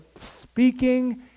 speaking